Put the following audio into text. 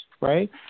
right